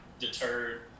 deterred